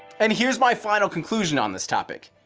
and here's my final conclusion on this topic.